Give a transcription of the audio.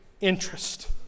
Interest